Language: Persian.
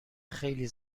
خیلی